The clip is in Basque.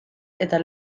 eta